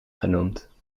genoemd